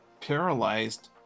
paralyzed